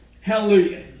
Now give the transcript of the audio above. Hallelujah